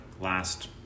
last